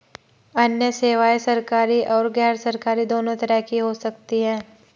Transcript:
अन्य सेवायें सरकारी और गैरसरकारी दोनों तरह की हो सकती हैं